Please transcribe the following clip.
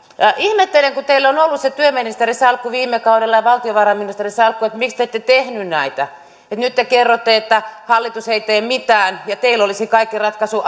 ihmettelen kun teillä on ollut se työministerin salkku viime kaudella ja valtiovarainministerin salkku että miksi te ette tehneet näitä nyt te kerrotte että hallitus ei tee mitään ja teillä olisi kaikki ratkaisun